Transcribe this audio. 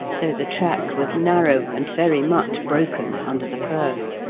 though the track was narrow and very much broken under the firs.